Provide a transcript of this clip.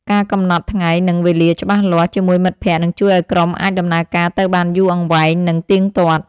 ការកំណត់ថ្ងៃ និងវេលាច្បាស់លាស់ជាមួយមិត្តភក្តិនឹងជួយឱ្យក្រុមអាចដំណើរការទៅបានយូរអង្វែង និងទៀងទាត់។